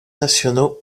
nationaux